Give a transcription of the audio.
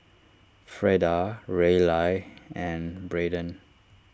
Freda Raleigh and Braedon